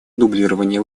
дублирования